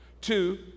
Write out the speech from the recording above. Two